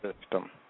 system